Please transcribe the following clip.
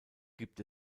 gibt